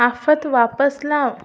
आफत वापस लाव